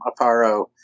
Aparo